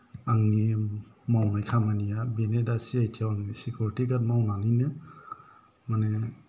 आंनि मावनाय खामानिया बेनो दा सिआइटि आव आं सिकिउरिटि गार्ड मावनानैनो माने